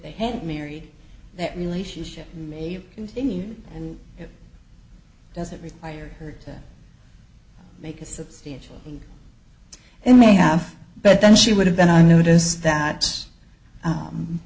they hadn't married that relationship may continue and it doesn't require her to make a substantial in and may have but then she would have been i notice that